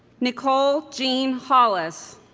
nicole jean hollis